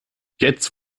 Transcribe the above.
jetzt